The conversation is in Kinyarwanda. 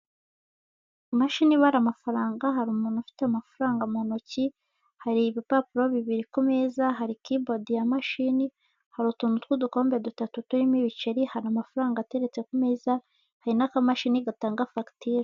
Imashini ibara amafaranga, hari umuntu ufite amafaranga mu ntoki, hari ibipapuro bibiri ku meza, hari kibodi ya mashini, hari utuntu tw'udukombe dutatu turimo ibiceri, hari amafaranga ateretse ku meza, hari n'akamashini gatanga fagitire.